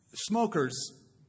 Smokers